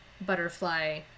butterfly